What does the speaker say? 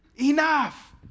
Enough